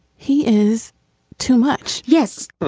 he is too much. yes but